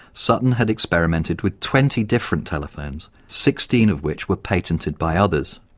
sutton had experimented with twenty different telephones, sixteen of which were patented by others.